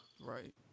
right